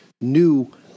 new